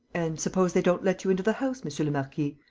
and suppose they don't let you into the house, monsieur le marquis?